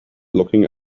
looking